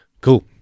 Cool